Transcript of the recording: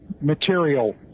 material